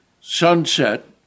sunset